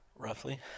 roughly